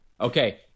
Okay